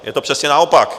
Je to přesně naopak.